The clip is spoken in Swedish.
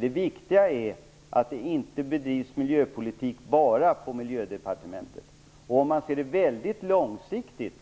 Det viktiga är att det drivs miljöpolitik inte bara på Om man ser det väldigt långsiktigt,